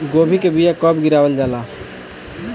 गोभी के बीया कब गिरावल जाला?